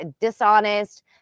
dishonest